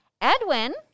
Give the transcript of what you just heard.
Edwin